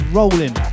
rolling